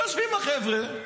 יושבים החבר'ה,